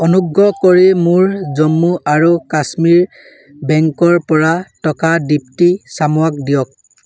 অনুগ্ৰহ কৰি মোৰ জম্মু আৰু কাশ্মীৰ বেংকৰ পৰা টকা দীপ্তি চামুৱাক দিয়ক